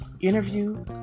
Interview